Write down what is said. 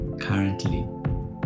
currently